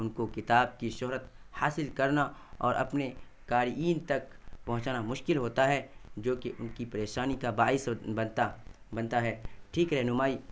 ان کو کتاب کی شہرت حاصل کرنا اور اپنے قارئین تک پہنچانا مشکل ہوتا ہے جوکہ ان کی پریشانی کا باعث بنتا بنتا ہے ٹھیک رہنمائی